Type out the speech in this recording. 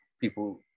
people